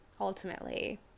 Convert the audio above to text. ultimately